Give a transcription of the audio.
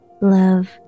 love